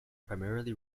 primarily